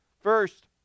First